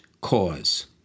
cause